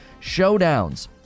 showdowns